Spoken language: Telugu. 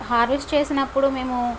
హార్వెస్ట్ చేసినప్పుడు మేము